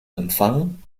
empfang